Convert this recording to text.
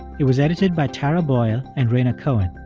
it was edited by tara boyle and rhaina cohen.